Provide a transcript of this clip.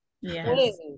Yes